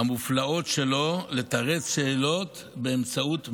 המופלאות שלו לתרץ שאלות באמצעות משלים.